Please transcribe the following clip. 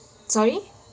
sorry